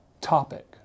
topic